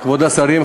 כבוד השרים,